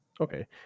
okay